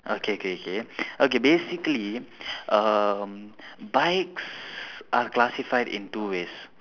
okay K K basically um bikes are classified in two ways